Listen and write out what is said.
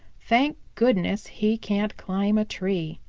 thank goodness, he can't climb a tree.